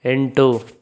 ಎಂಟು